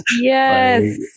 yes